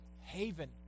haven